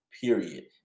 period